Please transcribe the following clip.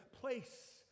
place